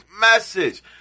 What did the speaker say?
message